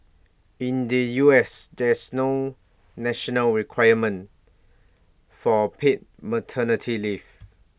in the U S there's no national requirement for paid maternity leave